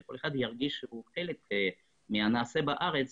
שכל אחד ירגיש שהוא חלק מהנעשה בארץ,